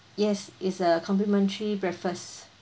yes it's a complimentary breakfast